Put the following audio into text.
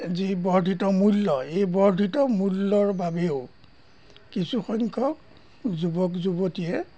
যি বৰ্ধিত মূল্য এই বৰ্ধিত মূল্যৰ বাবেও কিছুসংখ্যক যুৱক যুৱতীয়ে